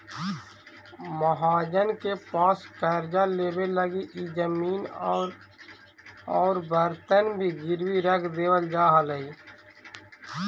महाजन के पास कर्जा लेवे लगी इ जमीन औउर बर्तन भी गिरवी रख देवल जा हलई